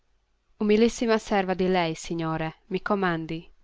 umilissima serva di lei, signore, mi commandi.